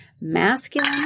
Masculine